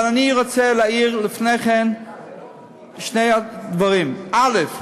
אבל לפני כן אני רוצה להעיר שני דברים: א.